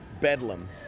bedlam